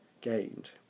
gained